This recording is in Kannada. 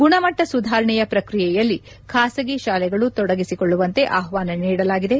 ಗುಣಮಟ್ಟ ಸುಧಾರಣೆಯ ಪ್ರಕ್ರಿಯೆಯಲ್ಲಿ ಬಾಸಗಿ ಶಾಲೆಗಳು ತೊಡಗಿಕೊಳ್ಳುವಂತೆ ಆಹ್ವಾನ ನೀಡಲಾಗಿದೆ